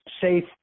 safe